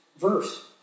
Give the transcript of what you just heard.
verse